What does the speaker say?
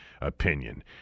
opinion